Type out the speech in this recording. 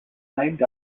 named